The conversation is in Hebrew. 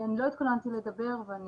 אני לא התכוננתי לדבר, אני